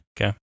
Okay